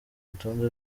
rutonde